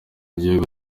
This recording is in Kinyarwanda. igihugu